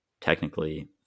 technically